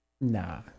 Nah